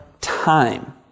time